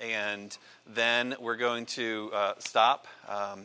and then we're going to stop